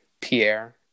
Pierre